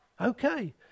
Okay